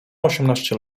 osiemnaście